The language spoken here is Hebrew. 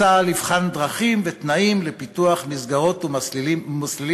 צה"ל יבחן דרכים ותנאים לפיתוח מסגרות ומסלולים